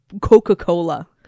Coca-Cola